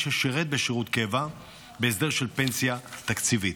ששירת בשירות קבע בהסדר של פנסיה תקציבית.